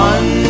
One